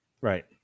right